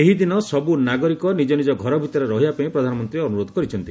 ଏହିଦିନ ସବୁ ନାଗରିକ ନିଜ ନିଜ ଘର ଭିତରେ ରହିବାପାଇଁ ପ୍ରଧାନମନ୍ତୀ ଅନୁରୋଧ କରିଛନ୍ତି